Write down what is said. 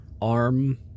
arm